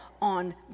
on